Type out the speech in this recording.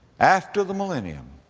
after the millennium,